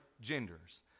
genders